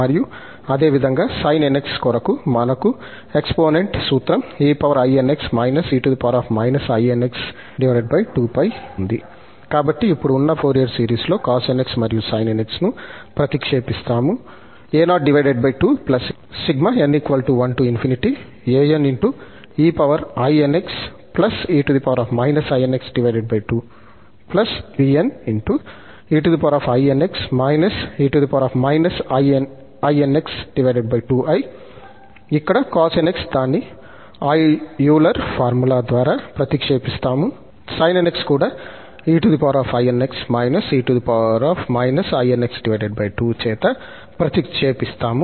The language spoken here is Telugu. మరియు అదేవిధంగా sin nx కొరకు మనకు ఎక్సపోనెంట్ సూత్రం ఉంది కాబట్టి ఇప్పుడు ఉన్న ఫోరియర్ సిరీస్లో cosnx మరియు sin nx ను ప్రతిక్షేపిస్తాము ఇక్కడ cosnx దాని ఐలర్ ఫార్ములా ద్వారా ప్రతిక్షేపిస్తాము sin nx కూడా చేత ప్రతిక్షేపిస్తాము